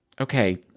Okay